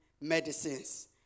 medicines